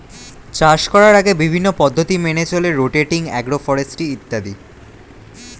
চাষ করার আগে বিভিন্ন পদ্ধতি মেনে চলে রোটেটিং, অ্যাগ্রো ফরেস্ট্রি ইত্যাদি